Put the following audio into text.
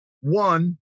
one